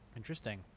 Interesting